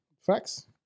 Facts